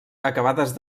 acabades